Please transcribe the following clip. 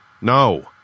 No